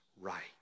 Right